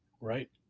Right